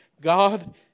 God